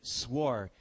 swore